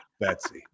Betsy